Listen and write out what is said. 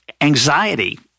anxiety